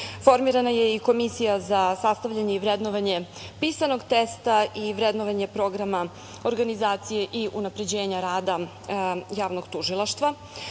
je i Komisija za sastavljanje i vrednovanje pisanog testa i vrednovanje programa organizacije i unapređenja rada javnog tužilaštva. Državno